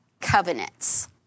covenants